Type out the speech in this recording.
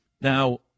now